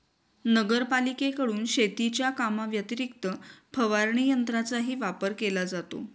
नगरपालिकेकडून शेतीच्या कामाव्यतिरिक्त फवारणी यंत्राचाही वापर केला जातो